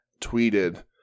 tweeted